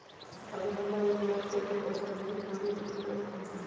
अगर हमरा एक लाख से ऊपर पैसा भेजे के होतई त की करेके होतय?